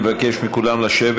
אני מבקש מכולם לשבת.